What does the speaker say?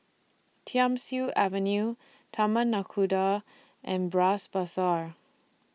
Thiam Siew Avenue Taman Nakhoda and Bras Basah